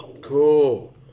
Cool